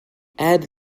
add